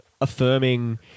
affirming